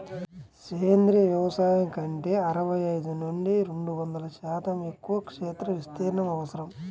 సేంద్రీయ వ్యవసాయం కంటే అరవై ఐదు నుండి రెండు వందల శాతం ఎక్కువ క్షేత్ర విస్తీర్ణం అవసరం